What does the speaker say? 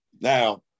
Now